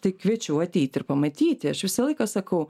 tai kviečiu ateiti ir pamatyti aš visą laiką sakau